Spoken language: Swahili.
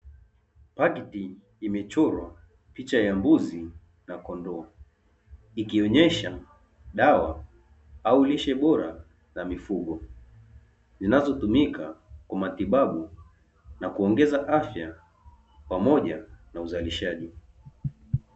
Pakiti imechorwa picha ya mbuzi na kondoo ikionyesha dawa au lishe bora za mifugo, zinazotumika kwa matibabu na kuongeza afya pamoja na uzalishaji.